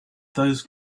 those